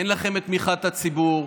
אין לכם את תמיכת הציבור,